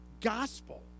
gospel